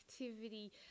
activity